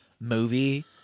movie